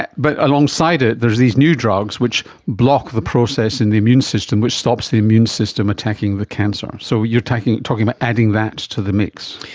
but but alongside it there's these new drugs which block the process in the immune system which stops the immune system attacking the cancer, so you're talking talking about adding that to the mix.